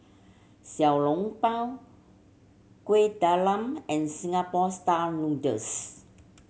Xiao Long Bao Kueh Talam and Singapore Style Noodles